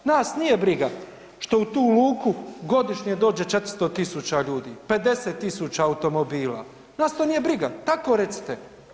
Nas nije briga što u tu luku godišnje dođe 400 000 ljudi, 50 000 automobila, nas to nije briga, tako recite.